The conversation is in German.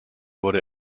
wurde